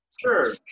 Sure